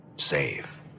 Save